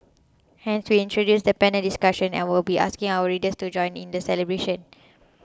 hence we introduced the panel discussion and will be asking our readers to join in the celebration